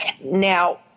Now